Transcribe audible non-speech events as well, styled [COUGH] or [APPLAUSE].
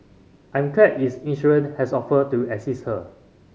I'm glad its insurer [UNINTELLIGIBLE] has offered to assist her